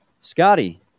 Scotty